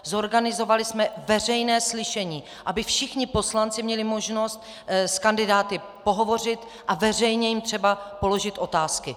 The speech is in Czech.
Zorganizovali jsme veřejné slyšení, aby všichni poslanci měli možnost s kandidáty pohovořit a veřejně jim třeba položit otázky.